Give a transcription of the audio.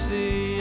See